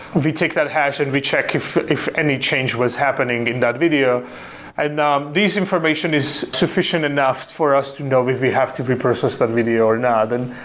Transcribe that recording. we take that hash and we check if if any change was happening in that video and these information is sufficient enough for us to know if we have to repurpose that video or not. and